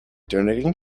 donating